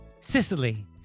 Sicily